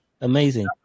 Amazing